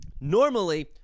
Normally